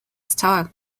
style